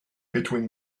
between